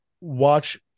watch